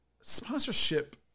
sponsorship